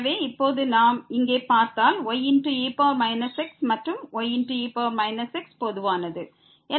எனவே இப்போது நாம் இங்கே பார்த்தால் ye x மற்றும் ye x பொதுவானது